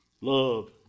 love